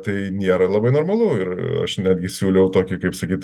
tai nėra labai normalu ir aš netgi siūliau tokį kaip sakyt